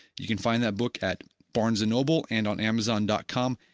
you can find that book at barnes and noble and on amazon dot com.